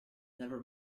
never